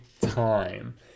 time